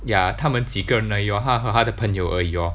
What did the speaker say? ya 他们几个人而已他他他的朋友而已 lor